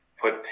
put